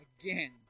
again